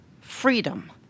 freedom